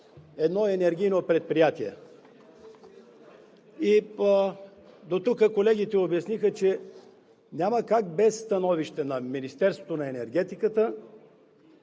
едно енергийно предприятие. Дотук колегите обясниха, че няма как без становище на Министерството на енергетиката